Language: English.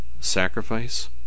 sacrifice